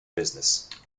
business